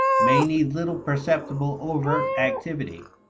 may need little perceptible overt activity.